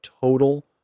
total